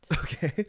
Okay